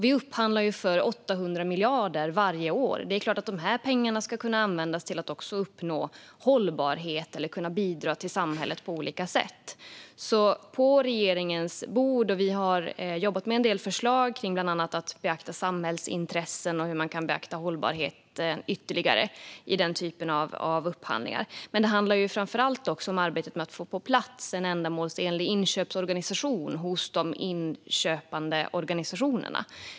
Vi upphandlar ju för 800 miljarder varje år, och det är klart att de pengarna ska kunna användas för att uppnå hållbarhet och för att bidra till samhället på olika sätt. På regeringens bord har vi en del förslag som vi har jobbat med, bland annat om att beakta samhällsintressen och hur man kan beakta hållbarhet ytterligare i den typen av upphandlingar. Men det handlar framför allt om arbetet med att få på plats en ändamålsenlig inköpsorganisation hos de inköpande organisationerna.